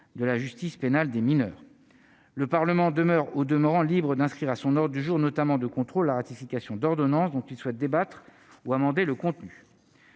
de la justice pénale des mineurs, le Parlement demeure au demeurant libre d'inscrire à son nord du jour notamment de contrôle la ratification d'ordonnances dont il souhaite débattre ou amender le contenu,